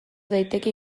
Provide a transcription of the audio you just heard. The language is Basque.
daiteke